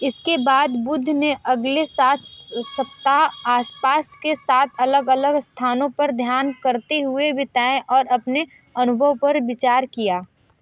इसके बाद बुद्ध ने अगले सात सप्ताह आसपास के सात अलग अलग स्थानों पर ध्यान करते हुए बिताए और अपने अनुभव पर विचार किया